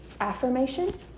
affirmation